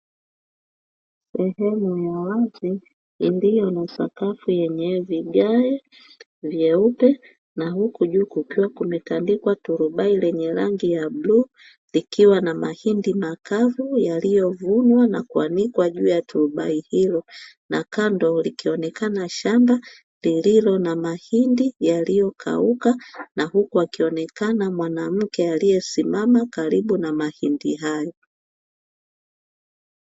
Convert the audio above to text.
Sehemu ya wazi iliyo na sakafu yenye vigae vyeupe na huku juu kukiwa kumetandikwa turubai lenye rangi ya bluu likiwa na mahindi makavu yaliyovunwa na kuanikwa juu ya turubai hilo, na kando likionekana shamba lililo na mahindi yaliyokauka na huku akionekana mwanamke aliyesimama karibu na mahindi hayo.